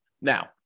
Now